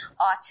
autism